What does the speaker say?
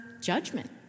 judgment